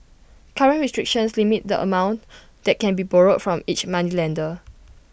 current restrictions limit the amount that can be borrowed from each moneylender